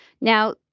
Now